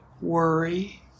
worry